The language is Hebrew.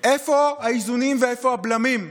איפה האיזונים ואיפה הבלמים?